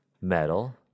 Metal